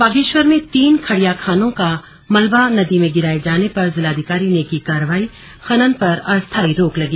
बागेश्वर में तीन खड़िया खानों का मलबा नदी में गिराये जाने पर जिलाधिकारी ने की कार्रवाई खनन पर अस्थाई रोक लगी